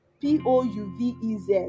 pouvez